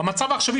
במצב העכשווי,